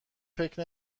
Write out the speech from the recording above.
فکر